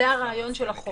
זה הרעיון של החוק,